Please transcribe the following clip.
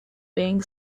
being